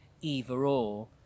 either-or